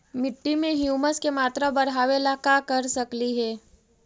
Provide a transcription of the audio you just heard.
मिट्टी में ह्यूमस के मात्रा बढ़ावे ला का कर सकली हे?